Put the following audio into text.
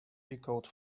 echoed